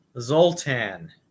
zoltan